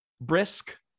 brisk